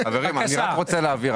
חברים, אני רק רוצה להבהיר.